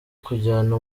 kujyana